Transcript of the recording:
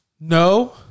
No